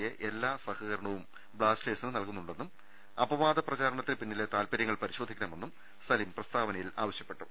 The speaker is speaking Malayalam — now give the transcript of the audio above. എ എല്ലാ സഹകരണവും ബ്ലാസ്റ്റേ ഴ്സിന് നൽകുന്നുണ്ടെന്നും അപ്പാദ പ്രചാരണത്തിന് പിന്നിലെ താൽപര്യങ്ങൾ പരിശോധിക്കണമെന്നും സലീം പ്രസ്താവനയിൽ പറഞ്ഞു